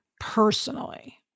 personally